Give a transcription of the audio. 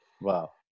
Wow